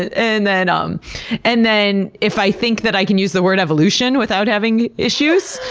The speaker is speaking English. and then um and then if i think that i can use the word evolution without having issues,